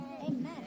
Amen